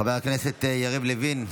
חבר הכנסת יריב לוין,